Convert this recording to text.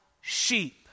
sheep